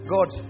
God